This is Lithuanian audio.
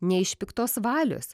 ne iš piktos valios